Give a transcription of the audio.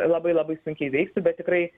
labai labai sunkiai veiktų bet tikrai